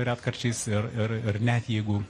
retkarčiais ir ir ir net jeigu